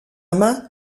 main